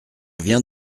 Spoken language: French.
viens